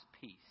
peace